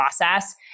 process